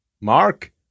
Mark